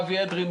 אבי אדרי,